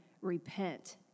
repent